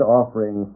offering